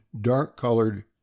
dark-colored